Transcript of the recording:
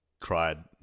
cried